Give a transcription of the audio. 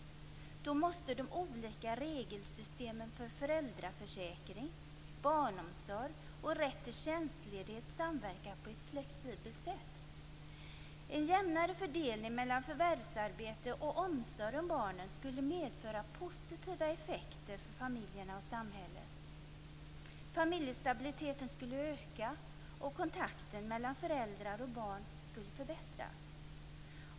Då måste de olika regelsystemen för föräldraförsäkring, barnomsorg och rätt till tjänstledighet samverka på ett flexibelt sätt. En jämnare fördelning mellan förvärvsarbete och omsorg om barnen skulle få positiva effekter för familjerna och samhället. Familjestabiliteten skulle öka, och kontakten mellan föräldrar och barn skulle förbättras.